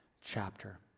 chapter